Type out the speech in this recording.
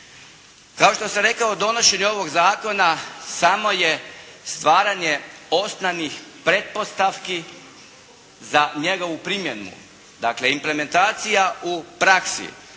Kao što sam rekao donošenje ovog zakona samo je stvaranje osnovnih pretpostavki za njegovu primjenu. Dakle, implementacija u praksi